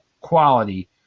quality